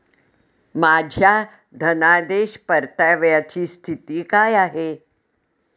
माझ्या धनादेश परताव्याची स्थिती काय आहे?